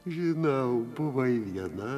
žinau buvai viena